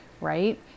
right